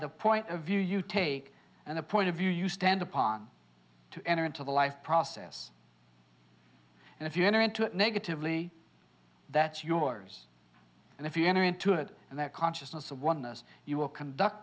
the point of view you take and the point of view you stand upon to enter into the life process and if you enter into it negatively that's yours and if you enter into it and that consciousness of oneness you will conduct